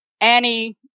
Annie